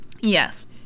Yes